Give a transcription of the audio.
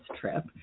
trip